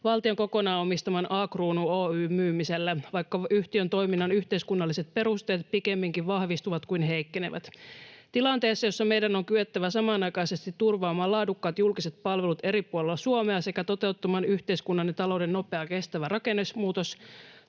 valtion kokonaan omistaman A-Kruunu Oy:n myymiselle, vaikka yhtiön toiminnan yhteiskunnalliset perusteet pikemmin vahvistuvat kuin heikkenevät. Tilanteessa, jossa meidän on kyettävä samanaikaisesti turvaamaan laadukkaat julkiset palvelut eri puolilla Suomea sekä toteuttamaan yhteiskunnan ja talouden nopea ja kestävä rakennemuutos,